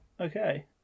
Okay